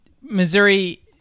Missouri